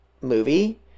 movie